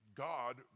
God